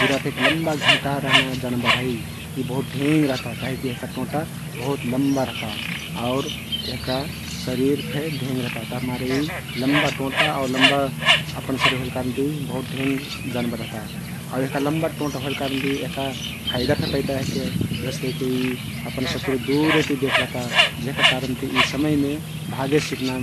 जिराफ एक लम्बा घेंटा रहना जानबर हइ । यी बहुत ढेंग रहता काहिकी यहका टोंटा बहुत लम्बा रहता आउर यहका शरिर फे ढेंग रहता, तभिमारे यी लम्बा टोंटा आउ लम्बा अपन शरिर होइल कारन बहुत ढेंग जानबर रहता आउ यहका लम्बा टोंटा होइल कारनति यहका फायदा फे पइता यहके । जस्तेकी अपन शत्रु दुरेति लेहता जेहका कारनति यी समय मे भागे सिक्ना